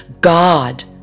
God